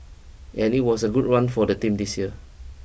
and it was a good run for the team this year